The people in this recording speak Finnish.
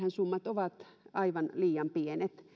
summat ovat aivan liian pienet